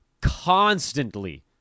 constantly